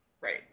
right